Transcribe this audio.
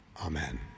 Amen